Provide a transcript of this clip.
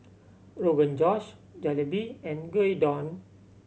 Rogan Josh Jalebi and Gyudon